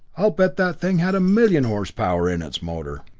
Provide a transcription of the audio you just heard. i'll bet that thing had a million horsepower in its motor!